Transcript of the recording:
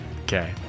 Okay